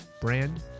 brand